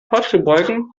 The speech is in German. vorzubeugen